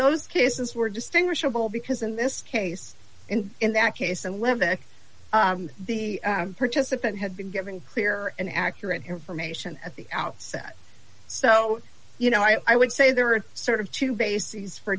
those cases were distinguishable because in this case in that case and live there the participant had been given clear and accurate information at the outset so you know i would say there are sort of two bases for